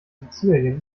sizilien